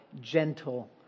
gentle